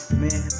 man